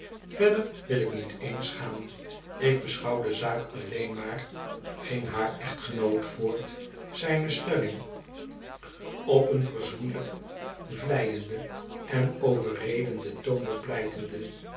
verder wil ik niet eens gaan ik beschouw de zaak alleen maar ging haar echtgenoot voort zijne stelling op een verzoenlijken vleienden en overredenden toon bepleitende